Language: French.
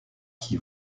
qui